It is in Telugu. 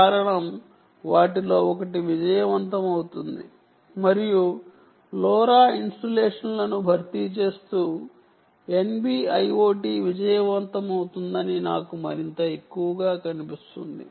కారణం వాటిలో ఒకటి విజయవంతమవుతుంది మరియు లోరా ఇన్సులేషన్లను భర్తీ చేస్తూ NB IoT విజయవంతమవుతుందని నాకు మరింత ఎక్కువగా కనిపిస్తుంది